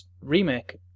remake